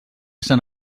sant